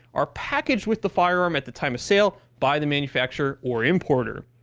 are packaged with the firearm at the time of sale by the manufacturer or importer.